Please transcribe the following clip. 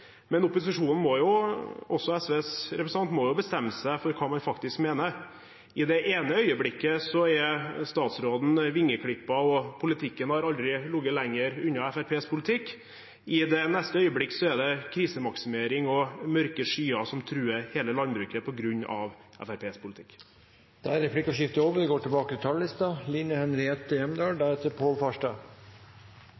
Men opposisjonen og SVs representant må bestemme seg for hva man faktisk mener. I det ene øyeblikket er statsråden vingeklippet og politikken har aldri ligget lenger unna Fremskrittspartiets politikk. I det neste øyeblikket er det krisemaksimering og mørke skyer som truer hele landbruket på grunn av Fremskrittspartiets politikk. Replikkordskiftet er omme. Maten vi